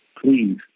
Please